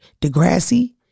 Degrassi